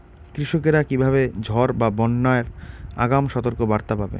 কৃষকেরা কীভাবে ঝড় বা বন্যার আগাম সতর্ক বার্তা পাবে?